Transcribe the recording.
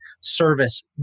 service